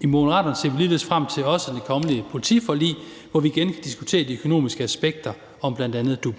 I Moderaterne ser vi ligeledes frem til, også i det kommende politiforlig, at vi igen kan diskutere de økonomiske aspekter i bl.a. DUP.